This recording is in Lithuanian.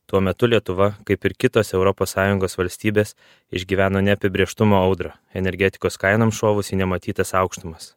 tuo metu lietuva kaip ir kitos europos sąjungos valstybės išgyveno neapibrėžtumo audrą energetikos kainoms šovus į nematytas aukštumas